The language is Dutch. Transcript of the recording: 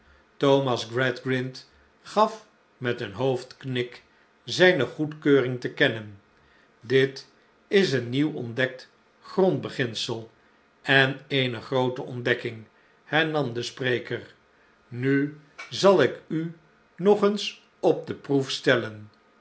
thomas gradgrind gaf met een hoofdknik zijne goedkeuring te kennen dit is een nieuw ontdekt grondbeginsel en eene groote ontdekking hernam de spreker nu zal ik u nog eens op de proef stellen